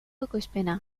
ekoizpena